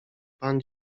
pan